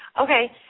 Okay